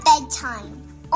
bedtime